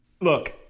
look